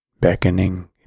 beckoning